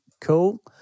cool